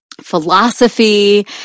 philosophy